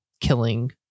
killing